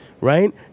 right